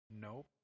Nope